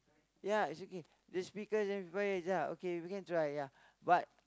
ya is okay this speaker amplifier ya okay we can try ya but